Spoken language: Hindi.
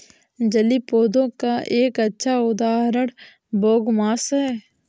जलीय पौधों का एक अच्छा उदाहरण बोगमास है